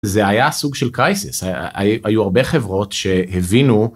זה היה סוג של קרייסיס היו הרבה חברות שהבינו.